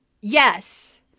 Yes